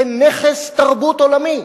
כנכס תרבות עולמי,